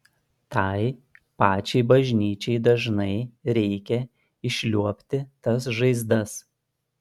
tai pačiai bažnyčiai dažnai reikia išliuobti tas žaizdas